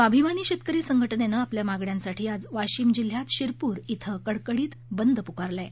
स्वाभिमानी शेतकरी संघटनेनं आपल्या मागण्यांसाठी आज वाशिम जिल्ह्यात शिरपूर ॐ कडकडीत बंद पुकारला आहे